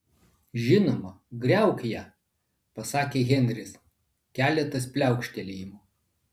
žinoma griauk ją pasakė henris keletas pliaukštelėjimų